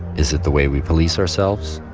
is it the way we police ourselves?